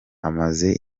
amaze